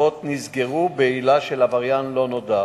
מצבות נסגרו בעילה של "עבריין לא נודע".